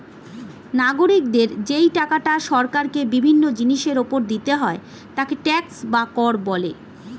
নাগরিকদের যেই টাকাটা সরকারকে বিভিন্ন জিনিসের উপর দিতে হয় তাকে ট্যাক্স বা কর বলে